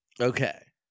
Okay